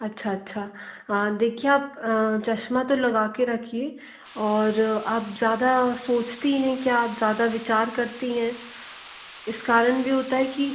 अच्छा अच्छा देखिए आप चश्मा तो लगा के रखिए और आप ज़्यादा सोचतीं हैं क्या आप ज़्यादा विचार करती हैं इस कारण भी होता है कि